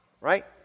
right